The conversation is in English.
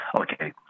okay